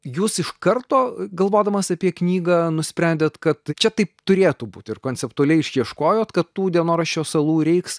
jūs iš karto galvodamas apie knygą nusprendėt kad čia taip turėtų būt ir konceptualiai išieškojot kad tų dienoraščio salų reiks